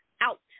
out